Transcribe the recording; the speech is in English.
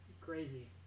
crazy